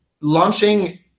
launching